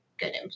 Good